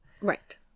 Right